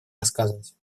рассказывать